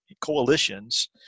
coalitions